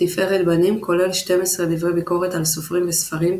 תפארת בנים – כולל 12 דברי ביקורת על סופרים וספרים,